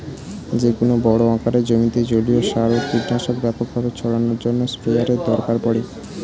যেকোনো বড় আকারের জমিতে জলীয় সার ও কীটনাশক ব্যাপকভাবে ছড়ানোর জন্য স্প্রেয়ারের দরকার পড়ে